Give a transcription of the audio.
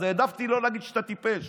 אז העדפתי לא להגיד שאתה טיפש